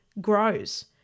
grows